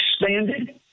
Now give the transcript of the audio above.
expanded